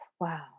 wow